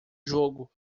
jogo